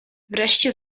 wreszcie